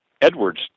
Edwards